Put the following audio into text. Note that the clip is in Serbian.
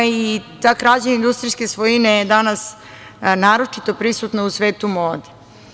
Ta krađa industrijske svojine je danas naročito prisutna u svetu mode.